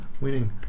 Winning